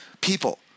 people